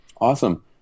Awesome